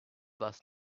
was